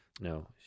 No